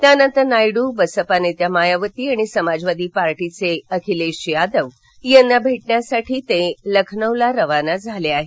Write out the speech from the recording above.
त्यानंतर नायडू बसपा नेत्या मायावती आणि समाजवादी पार्टीचे अखिलेश यादव यांना भेटण्यासाठी लखनौला रवाना झाले आहेत